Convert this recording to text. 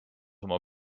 oma